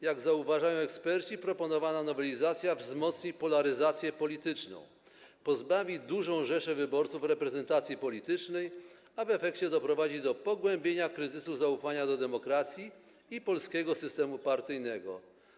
Jak zauważają eksperci, proponowana nowelizacja wzmocni polaryzację polityczną, pozbawi dużą rzeszę wyborców reprezentacji politycznej, a w efekcie doprowadzi do pogłębienia kryzysu zaufania do demokracji i polskiego systemu partyjnego.